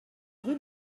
rue